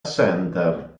center